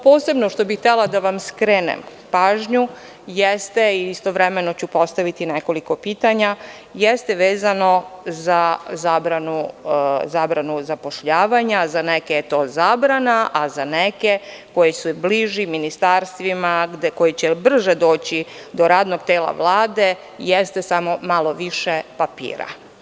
Posebno na šta bih htela da vam skrenem pažnju jeste, a istovremeno ću postaviti nekoliko pitanja, jeste vezano za zabranu zapošljavanja, a za neke je to zabrana, a za neke koji su bliži ministarstvima, koji će brže doći do radnog tela Vlade, jeste samo malo više papira.